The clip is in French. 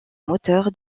moteur